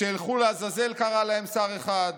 "שילכו לעזאזל", קרא להם שר אחד,